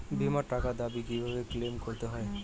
বিমার টাকার দাবি কিভাবে ক্লেইম করতে হয়?